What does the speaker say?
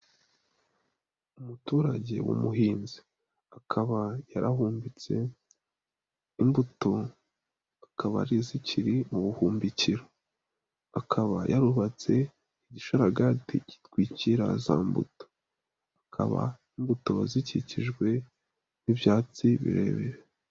Umuturage w'umuhinzi, akaba yarahumbitse imbuto, akaba zikiri mu buhumbikiro. Akaba yarubatse igisharagati gitwikira za mbuto. Akaba imimbuto zikikijwe n'ibyatsi birebire.